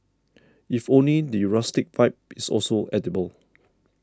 if only the rustic vibe is also edible